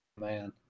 man